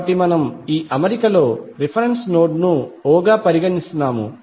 కాబట్టి మనము ఈ అమరికలో రిఫరెన్స్ నోడ్ను o గా పరిశీలిస్తున్నాము